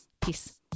Peace